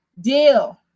deal